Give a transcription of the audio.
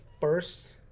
first